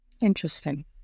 Interesting